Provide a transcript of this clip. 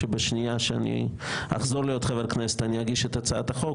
שבשנייה שאני אחזור להיות חבר כנסת אני אגיש את הצעת החוק.